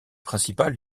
principales